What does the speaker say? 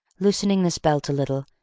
loosening this belt a little,